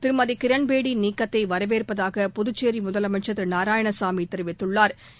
திருமதி கிரண் பேடி நீக்கத்தை வரவேற்பதாக புதுச்சோி முதலமைச்சா் திரு நாராயணசாமி தெரிவித்துள்ளா்